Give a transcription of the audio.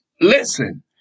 listen